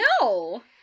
No